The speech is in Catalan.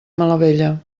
malavella